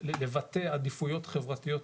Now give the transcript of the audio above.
ולבטא עדיפויות חברתיות